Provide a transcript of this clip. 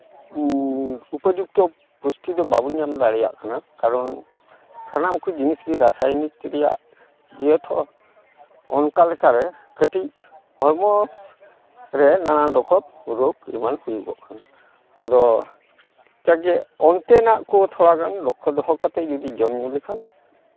ᱩᱯᱚᱡᱩᱠᱛᱚ ᱯᱩᱥᱴᱤ ᱫᱚ ᱵᱟᱵᱚᱱ ᱧᱟᱢ ᱫᱟᱲᱮᱭᱟᱜ ᱠᱟᱱᱟ ᱠᱟᱨᱚᱱ ᱥᱟᱱᱟᱢ ᱠᱚ ᱡᱤᱱᱤᱥ ᱜᱮ ᱨᱟᱥᱟᱭᱱᱤᱠ ᱨᱮᱭᱟᱜ ᱤᱭᱟᱹ ᱛᱚ ᱚᱱᱠᱟ ᱞᱮᱠᱟᱨᱮ ᱠᱟᱹᱴᱤᱡ ᱦᱚᱲᱢᱚ ᱨᱮ ᱱᱟᱱᱟ ᱨᱚᱠᱚᱢ ᱨᱳᱜᱽ ᱮᱢᱟᱱ ᱦᱩᱭᱩᱜᱚᱜ ᱠᱟᱱᱟ ᱟᱫᱚ ᱡᱟᱜᱮ ᱚᱱᱛᱮᱱᱟᱜ ᱠᱚ ᱛᱷᱚᱲᱟ ᱜᱟᱱ ᱞᱚᱠᱠᱷᱚ ᱫᱚᱦᱚ ᱠᱟᱛᱮ ᱡᱩᱫᱤ ᱡᱚᱢ ᱧᱩ ᱞᱮᱠᱷᱟᱱ